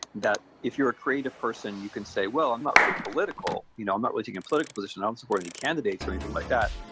that if you're a creative person you can say, well, i'm not really political. you know i'm not really taking a political position. i don't support any candidates or anything like that.